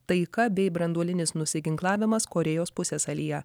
taika bei branduolinis nusiginklavimas korėjos pusiasalyje